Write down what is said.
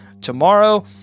tomorrow